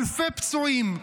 אלפי פצועים,